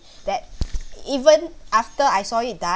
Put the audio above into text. that even after I saw it died